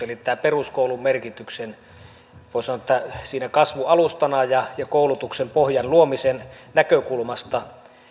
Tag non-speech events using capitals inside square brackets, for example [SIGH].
[UNINTELLIGIBLE] eli tämän peruskoulun merkityksen voi sanoa kasvualustana ja koulutuksen pohjan luomisen näkökulmasta